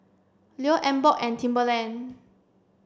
Leo Emborg and Timberland